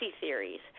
theories